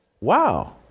wow